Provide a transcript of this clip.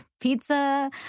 pizza